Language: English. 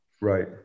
Right